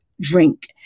drink